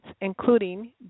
including